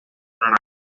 naranja